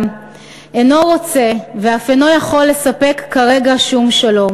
אינו רוצה ואף אינו יכול לספק כרגע שום שלום.